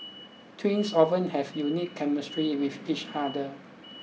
twins often have unique chemistry with each other